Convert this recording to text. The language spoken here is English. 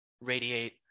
radiate